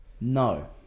No